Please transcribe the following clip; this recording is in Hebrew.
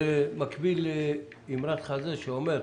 זה מקביל לאימרת חז"ל שאומר: